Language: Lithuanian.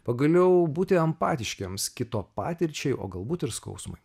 pagaliau būti empatiškiems kito patirčiai o galbūt ir skausmui